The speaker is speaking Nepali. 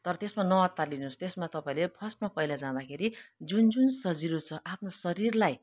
तर त्यसमा नअत्तालिनुस् त्यसमा तपाईँले फर्स्टमा पहिला जाँदाखेरि जुन जुन सजिलो छ आफ्नो शरीरलाई